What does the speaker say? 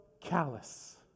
callous